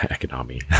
economy